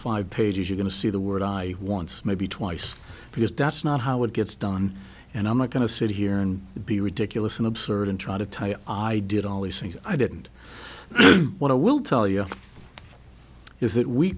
five pages you going to see the word i once maybe twice because that's not how it gets done and i'm not going to sit here and be ridiculous and absurd and try to tie up i did all these things i didn't want to will tell you is that we